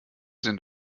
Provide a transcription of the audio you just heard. sind